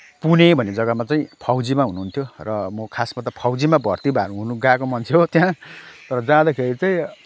पुणे भन्ने जग्गामा चाहिँ फौजीमा हुनुहुन्थ्यो र म खासमा त फौजीमा भर्ति हुनगएको मान्छे हो त्यहाँ तर जाँदाखेरि चाहिँ